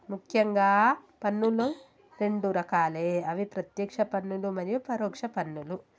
ముఖ్యంగా పన్నులు రెండు రకాలే అవి ప్రత్యేక్ష పన్నులు మరియు పరోక్ష పన్నులు